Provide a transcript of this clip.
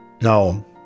Now